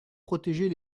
protéger